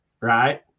right